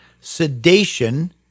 sedation